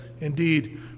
indeed